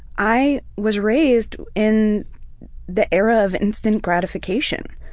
i was raised in the era of instant gratification.